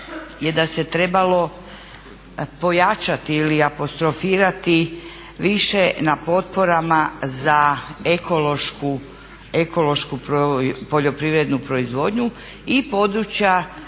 je da se trebalo pojačati ili apostrofirati više na potporama za ekološku poljoprivrednu proizvodnju i područja